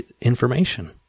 information